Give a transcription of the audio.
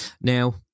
Now